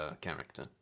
character